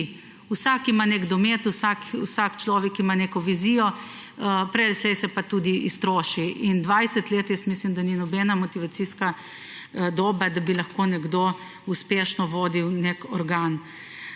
Vsak ima en domet, vsak človek ima neko vizijo, prej ali slej se pa tudi iztroši. 20 let, jaz mislim, da ni nobena motivacijska doba, da bi lahko nekdo uspešno vodil nek organ.